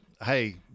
Hey